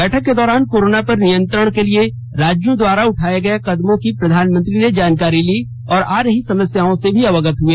बैठक के दौरान कोरोना पर नियंत्रण के लिए राज्यों द्वारा उठाये गये कदमों की प्रधानमंत्री ने जानकारी ली और आ रही समस्याओं से भी अवगत हुए